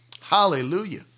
Hallelujah